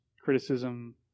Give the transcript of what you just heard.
criticism